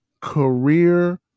career